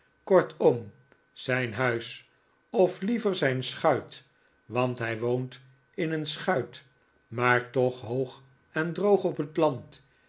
kortom zijn huis of liever zijn schuit want hij woont in een schuit maar toch hoog en droog op het land